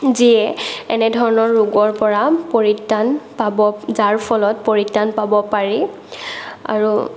যিয়ে এনে ধৰণৰ ৰোগৰ পৰা পৰিত্ৰাণ পাব যাৰ ফলত পৰিত্ৰাণ পাব পাৰি আৰু